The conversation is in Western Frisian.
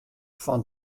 fan